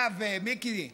מיקי לוי,